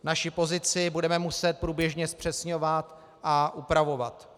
Naši pozici budeme muset průběžně zpřesňovat a upravovat.